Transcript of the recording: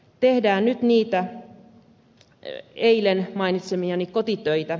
tehdään nyt niitä eilen mainitsemiani kotitöitä